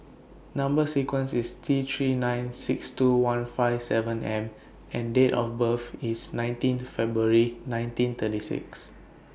Number sequence IS T three nine six two one five seven M and Date of birth IS nineteenth February nineteen thirty six